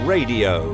Radio